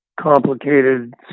complicated